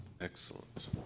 excellent